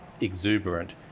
exuberant